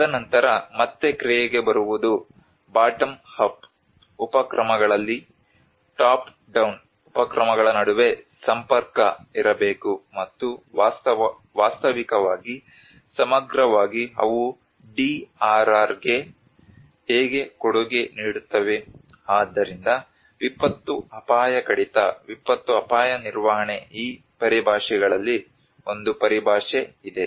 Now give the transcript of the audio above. ತದನಂತರ ಮತ್ತೆ ಕ್ರಿಯೆಗೆ ಬರುವುದು ಬಾಟಮ ಅಪ್ ಉಪಕ್ರಮಗಳಲ್ಲಿ ಟಾಪ್ ಡೌನ್ ಉಪಕ್ರಮಗಳ ನಡುವೆ ಸಂಪರ್ಕ ಇರಬೇಕು ಮತ್ತು ವಾಸ್ತವಿಕವಾಗಿ ಸಮಗ್ರವಾಗಿ ಅವು DRRಗೆ ವಿಪತ್ತು ಅಪಾಯ ಕಡಿತ ಹೇಗೆ ಕೊಡುಗೆ ನೀಡುತ್ತವೆ ಆದ್ದರಿಂದ ವಿಪತ್ತು ಅಪಾಯ ಕಡಿತ ವಿಪತ್ತು ಅಪಾಯ ನಿರ್ವಹಣೆ ಈ ಪರಿಭಾಷೆಗಳಲ್ಲಿ ಒಂದು ಪರಿಭಾಷೆ ಇದೆ